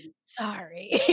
Sorry